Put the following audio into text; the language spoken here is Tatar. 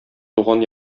туган